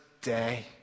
day